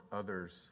others